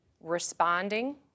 responding